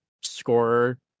scorer